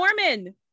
Mormon